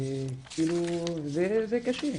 זה קשה.